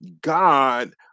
God